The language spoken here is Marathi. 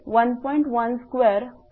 55 Kgmअसे मिळेल